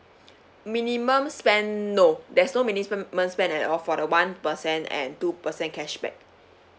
minimum spend no there's no minimum spend at all for the one percent and two percent cashback